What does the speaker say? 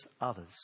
others